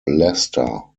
lester